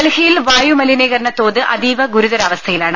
ഡൽഹിയിൽ വായുമലിനീകരണ തോത് അതീവ ഗുരുതരാ വസ്ഥയിലാണ്